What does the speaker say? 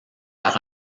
par